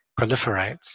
proliferates